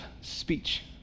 speech